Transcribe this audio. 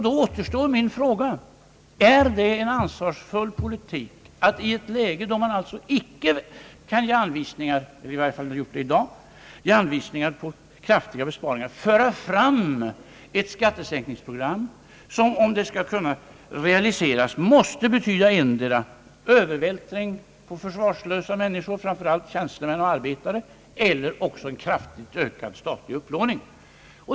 Då återstår min fråga: Är det en ansvarsfull politik att i ett läge då man alltså icke kan ge anvisningar — i varje fall inte har gjort det i dag — på kraftiga besparingar, föra fram ett skattesänkningsprogram som — om det skall kunna realiseras — måste betyda antingen Öövervältring på försvarslösa människor, framför allt tjänstemän och arbetare, eller också en kraftigt ökad statlig upplåning.